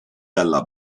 dalla